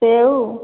ସେଓ